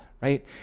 right